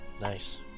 Nice